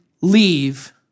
leave